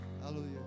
hallelujah